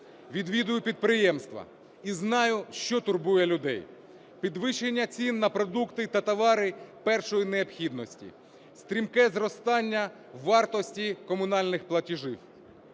відвідую підприємства і знаю, що турбує людей – підвищення цін на продукти та товари першої необхідності, стрімке зростання вартості комунальних платежів.